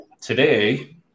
today